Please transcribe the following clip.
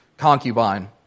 concubine